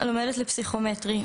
לומדת לפסיכומטרי,